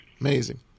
Amazing